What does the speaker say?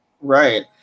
right